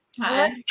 Hi